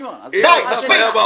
שמעון, עזוב.